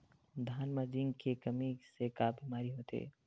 धान म जिंक के कमी से का बीमारी होथे?